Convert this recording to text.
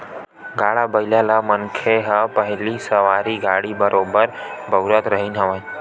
गाड़ा बइला ल मनखे मन ह पहिली सवारी गाड़ी बरोबर बउरत रिहिन हवय